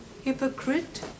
Hypocrite